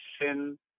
sin